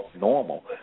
normal